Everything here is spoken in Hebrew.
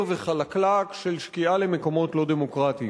וחלקלק של שקיעה למקומות לא דמוקרטיים.